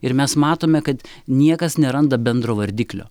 ir mes matome kad niekas neranda bendro vardiklio